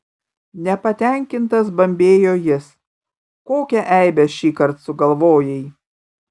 nepatenkintas bambėjo jis kokią eibę šįkart sugalvojai